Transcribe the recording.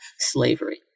slavery